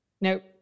Nope